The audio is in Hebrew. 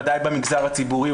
ודאי במגזר הציבורי,